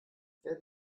wer